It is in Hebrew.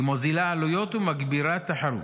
מוזילה עלויות ומגבירה תחרות.